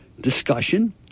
discussion